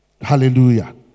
Hallelujah